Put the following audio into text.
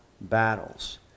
battles